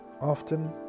often